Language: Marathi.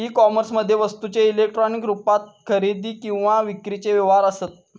ई कोमर्समध्ये वस्तूंचे इलेक्ट्रॉनिक रुपात खरेदी किंवा विक्रीचे व्यवहार असत